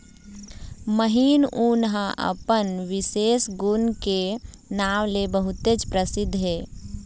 महीन ऊन ह अपन बिसेस गुन के नांव ले बहुतेच परसिद्ध हे